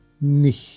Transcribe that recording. nicht